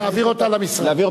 להעביר אותה למשרד.